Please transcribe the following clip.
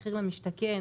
מחיר למשתכן,